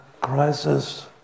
crisis